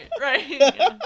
right